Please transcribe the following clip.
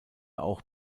auch